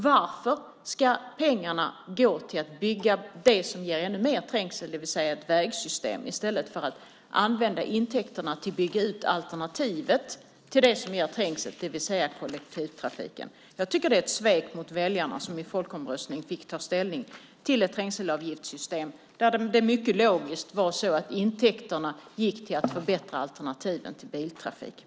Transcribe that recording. Varför ska pengarna användas till att bygga sådant som ger ännu mer trängsel, det vill säga ett vägsystem, i stället för att använda intäkterna till att bygga ut alternativet, nämligen kollektivtrafiken? Jag tycker att det är ett svek mot väljarna som i en folkomröstning fick ta ställning till ett trängselavgiftssystem där intäkterna - vilket är mycket logiskt - skulle gå till att förbättra alternativen till biltrafiken.